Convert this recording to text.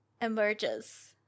emerges